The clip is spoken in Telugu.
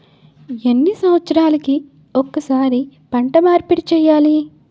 ఎన్ని సంవత్సరాలకి ఒక్కసారి పంట మార్పిడి చేయాలి?